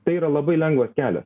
tai yra labai lengvas kelias